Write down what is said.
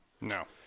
No